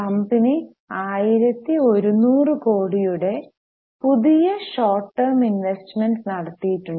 company 1100 കോടിയുടെ പുതിയ short term investment നടത്തിയിട്ടുണ്ട്